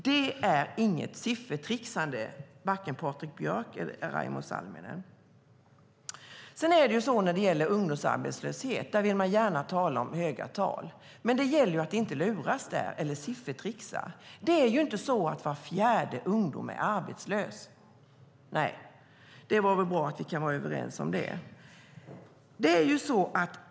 Det är inget siffertricksande, Patrik Björck och Raimo Pärssinen. När det gäller ungdomsarbetslösheten talar ni gärna om höga tal. Det gäller dock att inte luras eller siffertricksa. Det är inte så att var fjärde ungdom är arbetslös, och det är bra att vi kan vara överens om det.